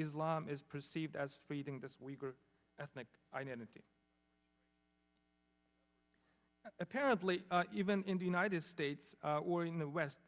islam is perceived as feeding this week ethnic identity apparently even in the united states or in the west